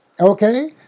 okay